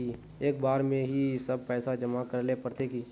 एक बार में ही सब पैसा जमा करले पड़ते की?